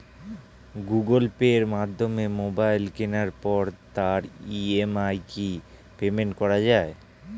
Google Pay মাধ্যমে mobile কেনার পরে তার ই.এম.আই কি পেমেন্ট করা যায়?